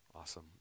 Awesome